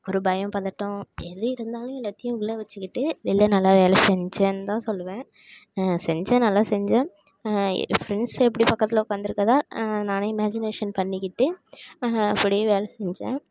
ஒரு பயம் பதட்டம் எது இருந்தாலும் எல்லாத்தையும் உள்ள வச்சுகிட்டு வெளியில் நல்லா வேலை செஞ்சேன்னுதான் சொல்வேன் செஞ்சேன் நல்லா செஞ்சேன் ஃப்ரெண்ட்ஸ் எப்படி பக்கத்தில் உட்காந்துருக்குறதா நானே இமேஜினேஷன் பண்ணிக்கிட்டு அப்படியே வேலை செஞ்சேன்